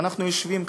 ואנחנו יושבים כאן,